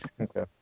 Okay